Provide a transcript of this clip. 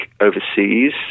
overseas